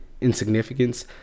insignificance